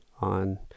on